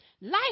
life